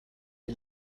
die